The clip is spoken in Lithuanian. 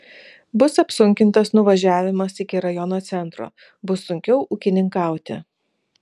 bus apsunkintas nuvažiavimas iki rajono centro bus sunkiau ūkininkauti